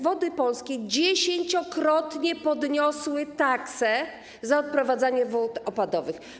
Wody Polskie dziesięciokrotnie podniosły taksę za odprowadzanie wód opadowych.